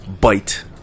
bite